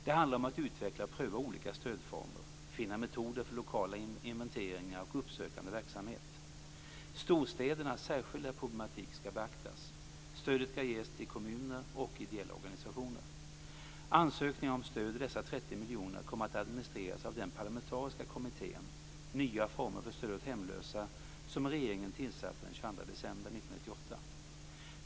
Det handlar om att utveckla och pröva olika stödformer, finna metoder för lokala inventeringar och uppsökande verksamhet. Storstädernas särskilda problematik skall beaktas. Stödet skall ges till kommuner och ideella organisationer. Ansökningar om stöd ur dessa 30 miljoner kommer att administreras av den parlamentariska kommittén Nya former för stöd åt hemlösa som regeringen tillsatte den 22 december 1998.